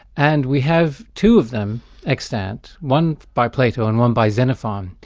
and we have two of them extant, one by plato and one by xenophon.